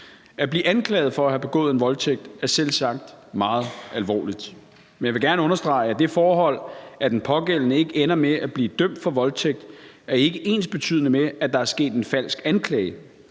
At blive anklaget for at have begået en voldtægt er selvsagt meget alvorligt, men jeg vil gerne understrege, at det forhold, at den pågældende ikke ender med at blive dømt for voldtægt, ikke er ensbetydende med, at der er sket en falsk anklage.